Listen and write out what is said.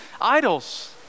idols